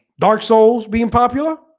dark souls being popular